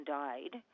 died